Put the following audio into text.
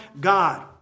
God